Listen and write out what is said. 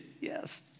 Yes